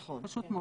פשוט מאוד.